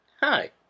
hi